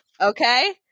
Okay